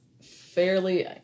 fairly